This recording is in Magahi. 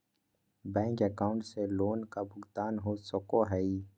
बैंक अकाउंट से लोन का भुगतान हो सको हई?